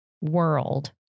world